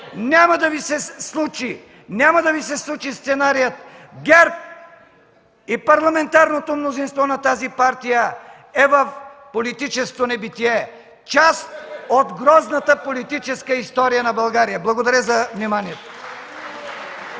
Няма да Ви се случи сценарият! ГЕРБ и парламентарното мнозинство на тази партия е в политическото небитие, част от грозната политическа история на България! Благодаря за вниманието.